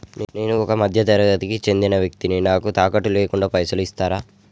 నేను ఒక మధ్య తరగతి కి చెందిన వ్యక్తిని నాకు తాకట్టు లేకుండా పైసలు ఇస్తరా?